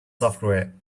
software